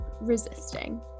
resisting